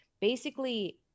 basically-